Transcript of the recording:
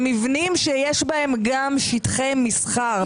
במבנים שיש בהם גם שטחי מסחר,